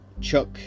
Chuck